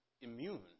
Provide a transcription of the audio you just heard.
immune